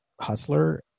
hustler